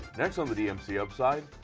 next on the dmc upside,